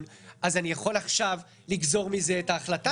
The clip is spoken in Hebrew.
אז אני יכול לגזור מזה את ההחלטה שלי.